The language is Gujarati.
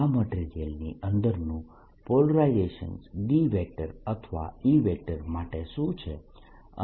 આ મટીરીયલની અંદરનું પોલરાઇઝેશન D અથવા E માટે શું છે